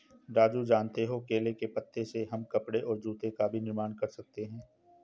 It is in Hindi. राजू जानते हो केले के पत्ते से हम कपड़े और जूते का भी निर्माण कर सकते हैं